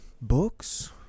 books